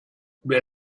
wer